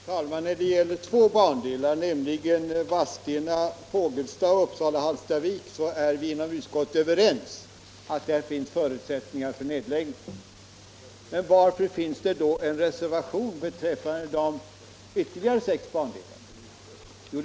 Fru talman! När det gäller två bandelar, nämligen Fågelsta-Vadstena och Uppsala-Hallstavik, är vi inom utskottet överens om att där finns förutsättningar för nedläggning. Men varför finns det då en reservation beträffande de ytterligare sex bandelarna?